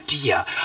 idea